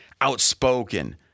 outspoken